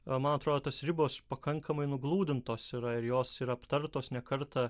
man atrodo tos ribos pakankamai nuglūdintos yra ir jos ir aptartos ne kartą